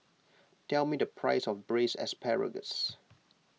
tell me the price of Braised Asparagus